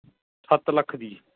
ਸੱਤ ਲੱਖ ਦੀ